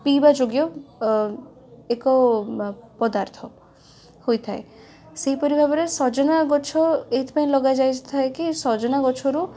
ପିଇବା ଯୋଗ୍ୟ ଅ ଏକପଦାର୍ଥ ହୋଇଥାଏ ସେଇ ପରି ଭାବରେ ସଜନା ଗଛ ଏଇଥିପାଇଁ ଲଗାଯାଇଥାଏ କି ସଜନା ଗଛରୁ